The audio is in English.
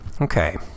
okay